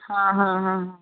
ਹਾਂ ਹਾਂ ਹਾਂ ਹਾਂ